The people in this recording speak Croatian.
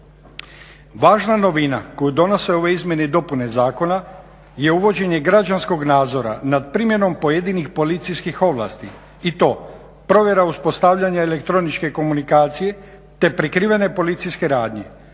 Važna novina koju donose ove izmjene i dopune zakona je uvođenje građanskog nadzora nad primjenom pojedinih policijskih ovlasti i to provjera uspostavljanja elektroničke komunikacije te prikrivene policijske radnje.